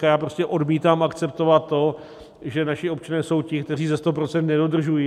A já prostě odmítám akceptovat to, že naši občané jsou ti, kteří ze 100 % nedodržují.